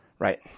Right